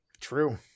True